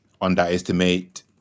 underestimate